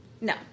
No